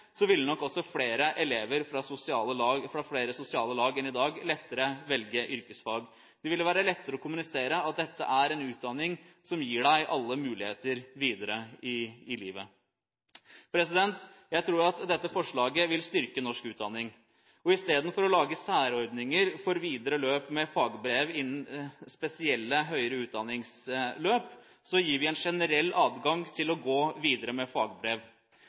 nok også flere elever fra flere sosiale lag enn i dag lettere velge yrkesfag. Det ville være lettere å kommunisere at dette er en utdanning som gir deg alle muligheter videre i livet. Jeg tror at dette forslaget vil styrke norsk utdanning. Istedenfor å lage særordninger for videre løp med fagbrev innen spesielle høyere utdanningsløp gir vi en generell adgang til å gå videre med fagbrev.